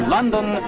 London